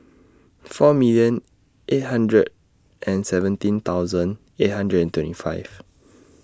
four million eight hundred and seventeen thousand eight hundred and twenty five